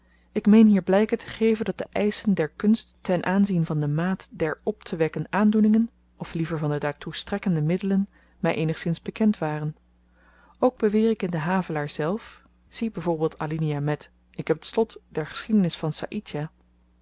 ik meen hier blyken te geven dat de eischen der kunst ten aanzien van de maat der optewekken aandoeningen of liever van de daartoe strekkende middelen my eenigszins bekend waren ook beweer ik in den havelaar zelf zie by voorbeeld alinea met ik heb t slot der geschiedenis van saïdjah